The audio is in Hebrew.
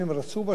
תתעוררו,